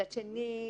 מצד שני,